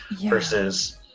versus